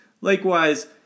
likewise